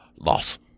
Loss